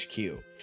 HQ